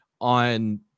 on